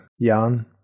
Jan